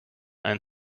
ein